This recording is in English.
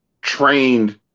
trained